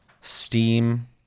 Steam